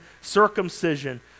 circumcision